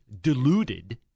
deluded